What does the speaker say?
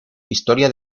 historia